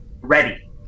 ready